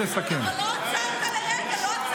לשנייה.